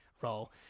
role